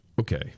Okay